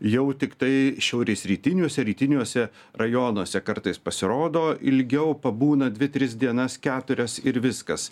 jau tiktai šiaurės rytiniuose rytiniuose rajonuose kartais pasirodo ilgiau pabūna dvi tris dienas keturias ir viskas